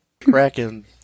Kraken